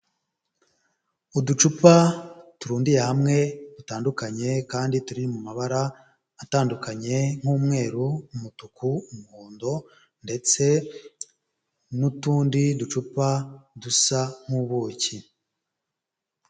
Uducupa turundiye hamwe dutandukanye kandi turi mu mabara atandukanye nk'umweru, umutuku, umuhondo ndetse n'utundi ducupa dusa nk'ubuki.